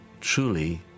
truly